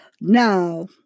Now